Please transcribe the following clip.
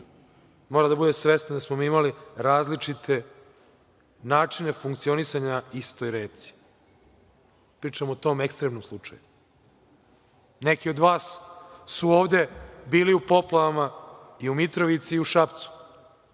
mora da bude svestan da smo mi imali različite načine funkcionisanja istoj reci. Pričam o tom ekstremnom slučaju. Neki od vas su ovde bili u poplavama i u Mitrovici i u Šapcu